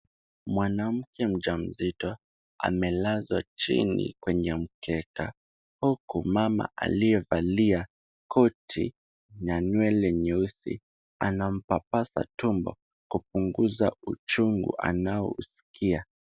Mwanamke mjamzito amelazwa chini kwenye mkeka ,uku mama aliyevalia koti na nywele nyeusi anampapasa tumbo kupunguza uchungu anayouskia.